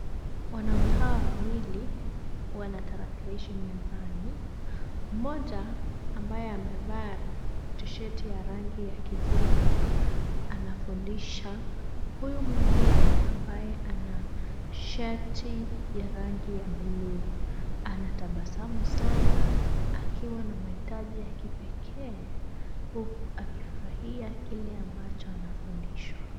Wanaume hawa wawili, wana tarakilishi mezani. Mmoja, ambaye amevaa tisheti ya rangi ya kijivu, anafundisha. Huyu mwingine ambaye ana shati ya rangi ya bluu, anatabasamu sana, akiwa na mahitaji ya kipekee, huku akifurahia kile ambacho anafundishwa.